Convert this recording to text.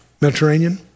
Mediterranean